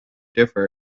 differ